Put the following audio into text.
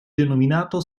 denominato